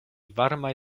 varmaj